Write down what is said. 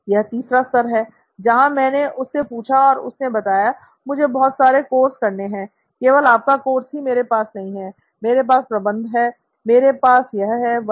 यह तीसरा स्तर है जहां मैंने उससे पूछा और उसने बताया "मुझे बहुत सारे कोर्स करने हैं केवल आपका कोर्स की मेरे पास नहीं है मेरे पास प्रबंधन है मेरे पास यह है वह है